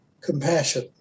compassion